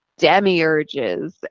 demiurges